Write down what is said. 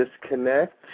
disconnect